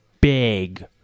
big